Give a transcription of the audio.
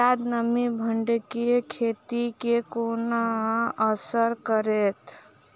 जियादा नमी भिंडीक खेती केँ कोना असर करतै?